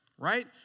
Right